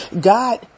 God